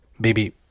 baby